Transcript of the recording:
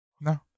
No